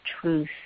truth